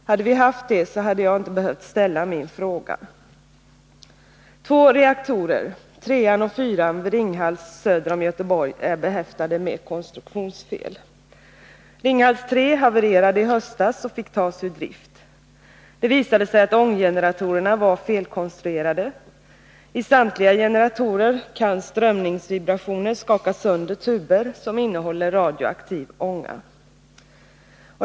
Hade vi haft det hade jag inte behövt ställa den här frågan. Två reaktorer, 3 och 4, vid Ringhals söder om Göteborg är behäftade med konstruktionsfel. Ringhals 3 havererade i höstas och fick tas ur drift. Det visade sig att ånggeneratorerna var felkonstruerade. I samtliga generatorer kan strömningsvibrationer skaka sönder tuber som innehåller radioaktiv ånga.